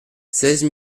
seize